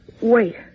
Wait